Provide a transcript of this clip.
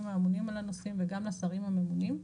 האמונים על הנושאים וגם לשרים הממונים.